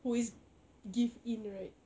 who is give in right